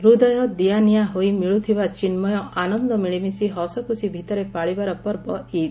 ହୂଦୟ ଦିଆନିଆ ହୋଇ ମିଳୁଥିବା ଚିନ୍କୟ ଆନନ୍ଦ ମିଳିମିଶି ହସଖୁସି ଭିତରେ ପାଳିବାର ପର୍ବ ଇଦ୍